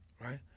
right